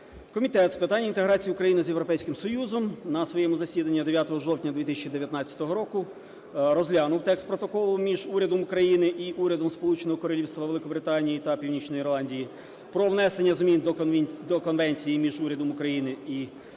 Комітет з питань інтеграції України з Європейським Союзом на своєму засіданні 9 жовтня 2019 року розглянув текст Протоколу між Урядом України і Урядом Сполученого Королівства Великої Британії та Північної Ірландії про внесення змін до Конвенції між Урядом України і Урядом